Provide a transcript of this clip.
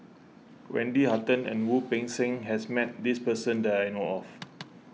Wendy Hutton and Wu Peng Seng has met this person that I know of